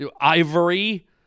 Ivory